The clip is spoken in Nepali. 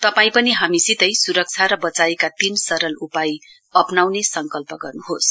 तपाई पनि हामीसितै सुरक्षा र बचाइका तीन सरल उपायहरू अप्राउने संकल्प गर्नुहोस्